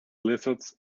lizards